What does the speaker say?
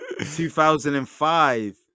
2005